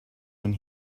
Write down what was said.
when